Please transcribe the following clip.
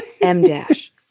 M-Dash